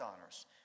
honors